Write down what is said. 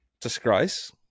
disgrace